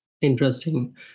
Interesting